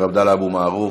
מוותר, עבדאללה אבו מערוף,